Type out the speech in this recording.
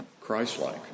Christ-like